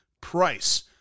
price